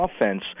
offense